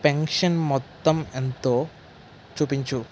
pension మొత్తం ఎంతో చూపించు